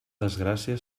desgràcia